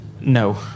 No